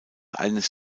eines